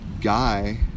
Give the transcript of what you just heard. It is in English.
guy